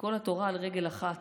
כל התורה על רגל אחת,